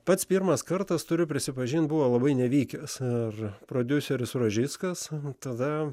pats pirmas kartas turiu prisipažinti buvo labai nevykęs ir prodiuseris rožickas tada